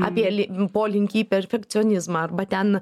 apie polinkį į perfekcionizmą arba ten